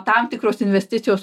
tam tikros investicijos